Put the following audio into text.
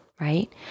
right